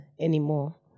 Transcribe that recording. anymore